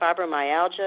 fibromyalgia